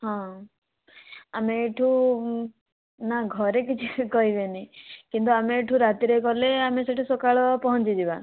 ହଁ ଆମେ ଏଠୁ ନା ଘରେ କିଛି କହିବେନି କିନ୍ତୁ ଆମେ ଏଠୁ ରାତିରେ ଗଲେ ଆମେ ସେଠି ସକାଳୁଆ ପହଞ୍ଚିଯିବା